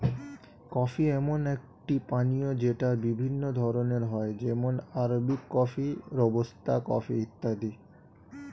coffee এমন একটি পানীয় যেটা বিভিন্ন ধরণের হয় যেমন আরবিক কফি, রোবাস্তা কফি ইত্যাদি